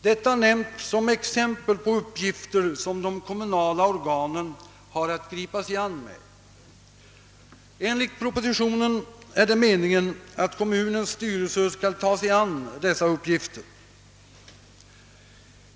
Detta är exempel på uppgifter, som de kommunala organen har att gripa sig an med. Enligt propositionen är det meningen att kommunens styrelse skall ta sig an dessa uppgifter.